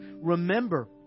remember